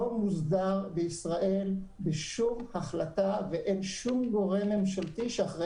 מוסדר בישראל בשום החלטה ואין שום גורם ממשלתי שאחראי על זה.